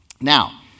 Now